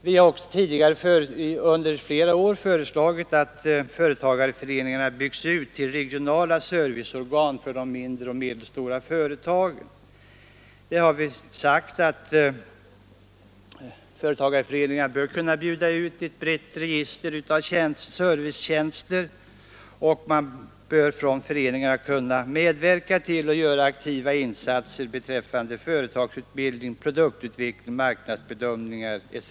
Vi har också tidigare under flera år föreslagit att företagarföreningarna byggs ut till regionala serviceorgan för de mindre och medelstora företagen. Vi har sagt att företagarföreningarna bör kunna bjuda ut ett brett register av servicetjänster och att föreningarna bör kunna medverka till att göra aktiva insatser beträffande företagsutbildning, produktutveckling, marknadsbedömningar etc.